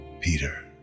Peter